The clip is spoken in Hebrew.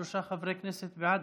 שלושה חברי כנסת בעד.